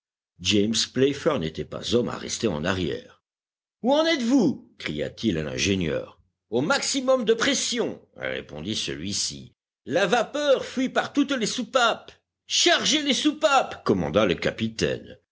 playfair n'était pas homme à rester en arrière où en êtes-vous cria-t-il à l'ingénieur au maximum de pression répondit celui-ci la vapeur fuit par toutes les soupapes chargez les soupapes commanda le capitaine